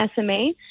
SMA